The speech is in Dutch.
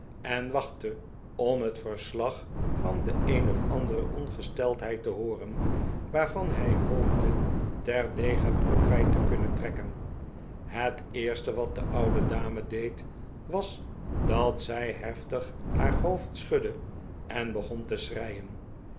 en waehtte om het verslag van de een of andere ongesteldheid te hooren waarvan hij hoopte terdege profijt te kunnen trekken het eerste wat de oude dame deed was dat zij heftig haar hoofd scliudde en begon te schreien